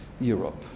Europe